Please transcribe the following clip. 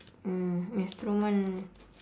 mm instrument